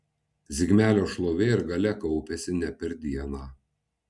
zigmelio šlovė ir galia kaupėsi ne per dieną